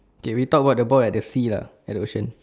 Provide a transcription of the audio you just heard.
okay we talk about the boy at the sea lah at the ocean